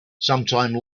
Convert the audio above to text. sometime